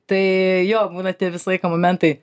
tai jo būna tie visą laiką momentai